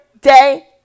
day